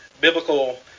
biblical